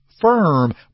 firm